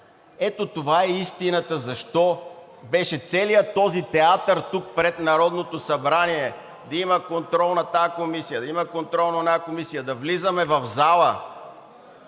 Ето това е истината защо беше целият този театър тук пред Народното събрание – да има контрол над тази комисия, да има контрол над онази комисия, да влизаме в залата?